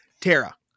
Tara